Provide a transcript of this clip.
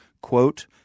quote